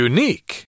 Unique